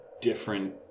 different